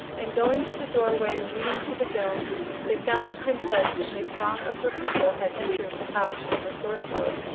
and going to the doorway leading to the dome they found the princess and a throng of her people had entered the house of the sorcerer.